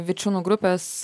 vičiūnų grupės